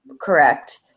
correct